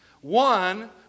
One